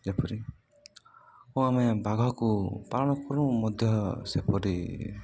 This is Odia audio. ଯେପରି ଓ ଆମେ ବାଘକୁ ପାଳନ କରୁ ମଧ୍ୟ ସେପରି